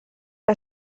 que